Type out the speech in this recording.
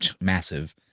massive